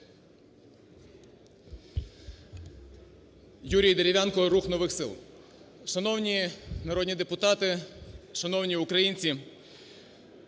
Юрій Дерев'янко, "Рух нових сил". Шановні народні депутати, шановні українці,